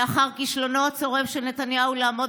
לאחר כישלונו הצורב של נתניהו לעמוד